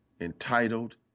Entitled